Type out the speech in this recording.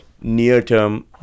near-term